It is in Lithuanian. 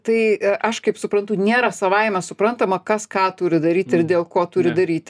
tai a aš kaip suprantu nėra savaime suprantama kas ką turi daryt ir dėl ko turi daryt